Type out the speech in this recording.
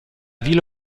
ville